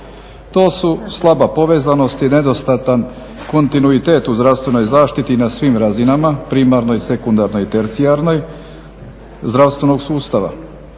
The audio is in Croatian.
To su slaba povezanost i nedostatan kontinuitet u zdravstvenoj zaštiti na svim razinama, primarnoj, sekundarnoj i tercijarnoj zdravstvenog sustava,